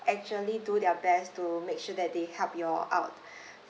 actually do their best to make sure that they help you all out